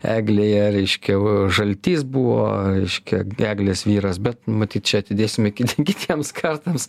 eglėje reiškia žaltys buvo reiškia eglės vyras bet matyt čia atidėsime kitai kitiems kartams